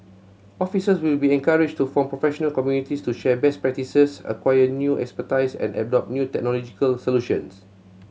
officers will be encouraged to form professional communities to share best practices acquire new expertise and adopt new technological solutions